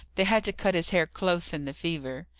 they had to cut his hair close in the fever.